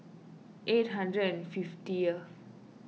eight hundred and fiftieth